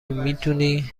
میتونی